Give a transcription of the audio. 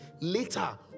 later